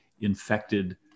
infected